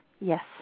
Yes